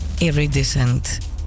iridescent